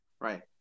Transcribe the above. Right